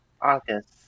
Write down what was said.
August